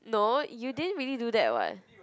no you didn't really do that [what]